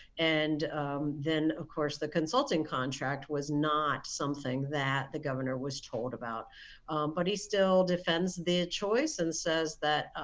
and then of course the consulting contract was not something that the governor was told about but he still defends the choice and says that